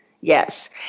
Yes